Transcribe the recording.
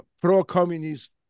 pro-communist